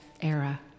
era